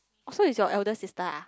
orh so is your elder sister ah